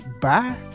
Bye